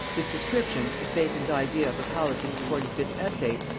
this description, and bacon's idea of a palace in his forty fifth essay,